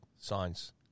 signs